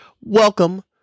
Welcome